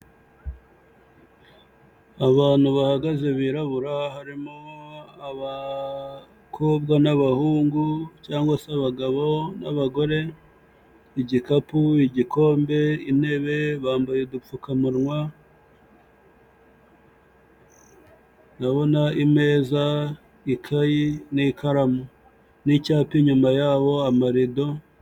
Abantu bahagaze birabura harimo abakobwa n'abahungu cyangwa se abagabo n'abagore igikapu igikombe intebe bambaye udupfukamunwa ndabona ikayi n'ikaramu n'icyapa inyuma yaho amarido...